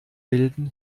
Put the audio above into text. bilden